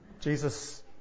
Jesus